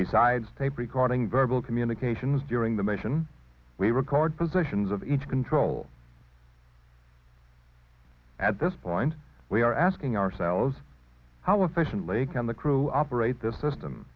besides tape recording verbal communications during the mission we record positions of each control at this point we are asking ourselves how efficiently can the crew operate this system